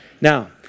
Now